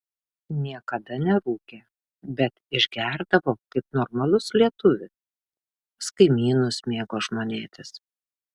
niekada nerūkė bet išgerdavo kaip normalus lietuvis pas kaimynus mėgo žmonėtis